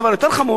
יש דבר יותר חמור,